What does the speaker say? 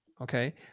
Okay